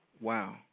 Wow